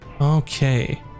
Okay